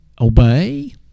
Obey